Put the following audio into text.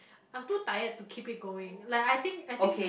I'm too tired to keep it going like I think I think